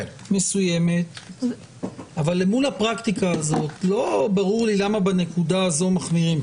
מסוימת אבל אל מול הפרקטיקה הזאת לא ברור לי למה בנקודה הזאת מחמירים.